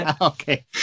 okay